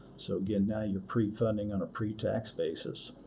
so, again, now you're pre-funding on a pretax basis,